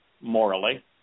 morally